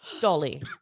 dolly